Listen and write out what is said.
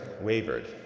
wavered